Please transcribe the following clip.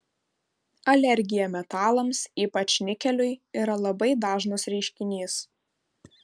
alergija metalams ypač nikeliui yra labai dažnas reiškinys